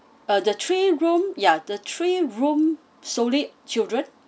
uh the three room ya the three room solely children